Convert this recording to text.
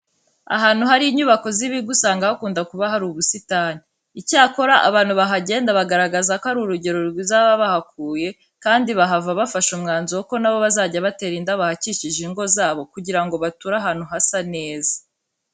Ahantu hari inyubako z'ibigo usanga hakunda kuba hari n'ubusitani. Icyakora, abantu bahagenda bagaragaza ko ari urugero rwiza baba bahakuye kandi bahava bafashe umwanzuro ko na bo bazajya batera indabo ahakikije ingo zabo kugira ngo bature ahantu hasa neza.